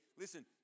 Listen